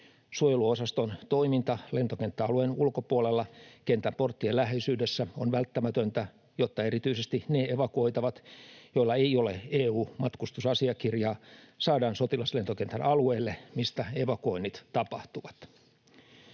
Suojeluosaston toiminta lentokenttäalueen ulkopuolella kentän porttien läheisyydessä on välttämätöntä, jotta erityisesti ne evakuoitavat, joilla ei ole EU-matkustusasiakirjaa, saadaan sotilaslentokentän alueelle, mistä evakuoinnit tapahtuvat.